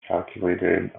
calculated